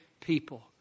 people